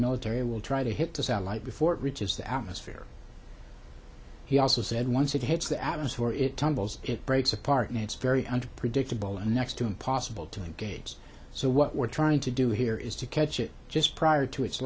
military will try to hit the satellite before it reaches the atmosphere he also said once it hits the atmosphere it tumbles it breaks apart and it's very under predictable and next to impossible to engage so what we're trying to do here is to catch it just prior to its